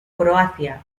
croacia